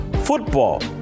football